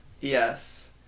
Yes